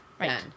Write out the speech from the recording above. Right